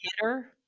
hitter